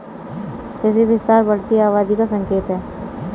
कृषि विस्तार बढ़ती आबादी का संकेत हैं